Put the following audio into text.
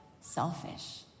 selfish